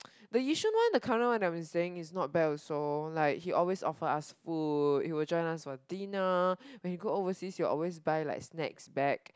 the Yishun one the current one that I'm staying is not bad also like he always offer us food he will join us for dinner when he go overseas he will always buy like snacks back